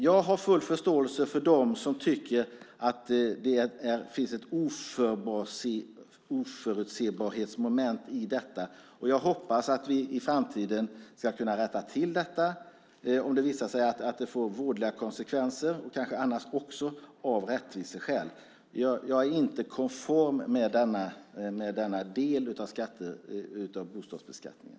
Jag har full förståelse för dem som tycker att det finns ett oförutsägbarhetsmoment i detta. Jag hoppas att vi i framtiden ska kunna rätta till det om det visar sig att det får vådliga konsekvenser och kanske annars också av rättviseskäl. Jag är inte konform med denna del av bostadsbeskattningen.